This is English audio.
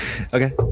Okay